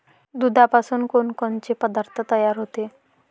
दुधापासून कोनकोनचे पदार्थ तयार होते?